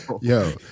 Yo